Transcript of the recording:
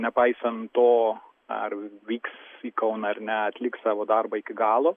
nepaisant to ar vyks į kauną ar ne atliks savo darbą iki galo